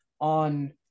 on